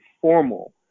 formal